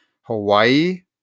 Hawaii